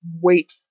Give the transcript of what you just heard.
wait